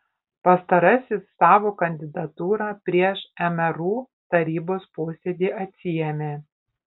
pastarasis savo kandidatūrą prieš mru tarybos posėdį atsiėmė